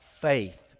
faith